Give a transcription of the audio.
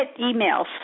emails